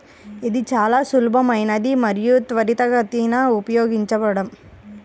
ఇది చాలా సులభమైనది మరియు త్వరితగతిన ఉపయోగించడం